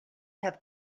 have